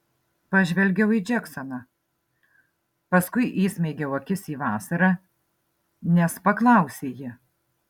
pažvelgiau į džeksoną paskui įsmeigiau akis į vasarą nes paklausė ji